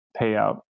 payout